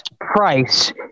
price